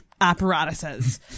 apparatuses